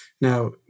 Now